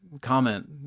Comment